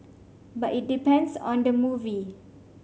but it depends on the movie